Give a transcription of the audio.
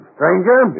Stranger